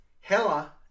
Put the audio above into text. Hella